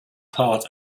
part